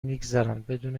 میگذرن، بدون